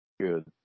Good